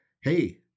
Hey